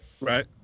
Right